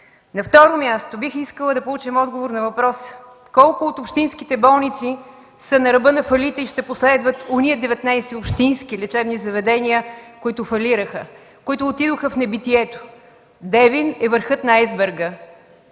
На второ място, бих искала да получим отговор на въпроса: колко от общинските болници са на ръба на фалита и ще последват онези 19 общински лечебни заведения, които фалираха и отидоха в небитието? Девин е върхът на айсберга,